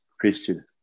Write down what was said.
Christian